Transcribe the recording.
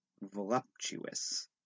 voluptuous